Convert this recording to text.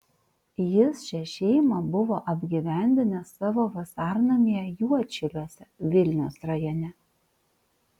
jis šią šeimą buvo apgyvendinęs savo vasarnamyje juodšiliuose vilniaus rajone